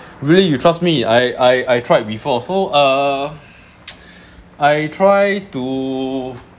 really you trust me I I I tried before so uh I try to